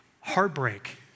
heartbreak